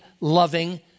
loving